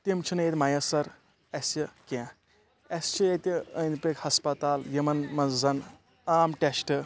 تِم چھِنہٕ ییٚتہِ مَیسر اَسِہ کینٛہہ اَسِہ چھِ ییٚتہِ أنٛدۍ پٔکۍ ہسپَتال یِمَن منٛز زَن عام ٹٮ۪سٹ